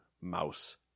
mouse